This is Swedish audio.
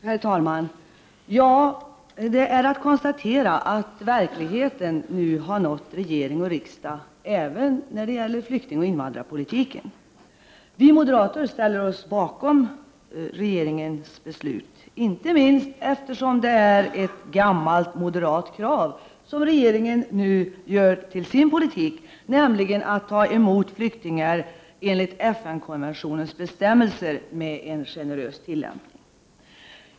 Herr talman! Det är bara att konstatera att verkligheten nu har nått regering och riksdag även när det gäller flyktingoch invandrarpolitik. Vi moderater ställer oss bakom regeringens beslut, inte minst eftersom det är ett gammalt moderat krav som regeringen nu gör till sin politik — nämligen att 79 man skall ta emot flyktingar enligt FN-konventionens bestämmelser med en generös tillämpning.